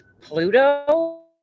pluto